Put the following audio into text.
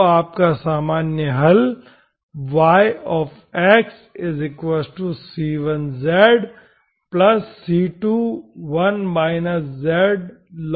तो आप सामान्य हल yxc1zc2 लिख सकते हैं